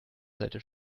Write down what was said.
seite